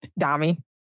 Dami